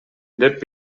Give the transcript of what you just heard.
деп